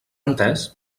entès